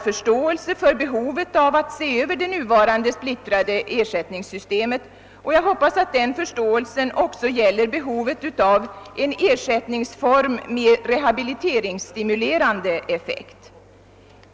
för behovet av att se över det nuvarande splittrade ersättningssystemet. Jag hoppas att den förståelsen också gäller behovet av en ersättningsform med rehabiliteringsstimulerande effekt.